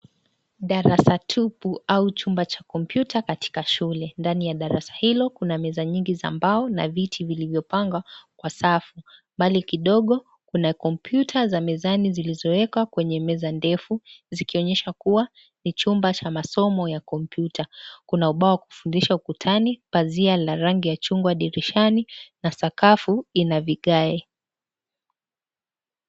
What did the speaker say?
Darasa tupu au chumba cha kompyuta katika shule. Ndani ya darasa hilo kuna meza nyingi za mbao na viti viliyopangwa kwa safu. Mbali kidogo kuna kompyuta za mezani zilizowekwa kwenye meza ndefu, zikionyesha kuwa ni chumba cha masomo ya kompyuta. Kuna ubao wa kufundisha ukutani, pazia la rangi ya chungwa dirishani na sakafu ina vigae.